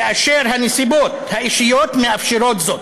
כאשר הנסיבות האישיות מאפשרות זאת,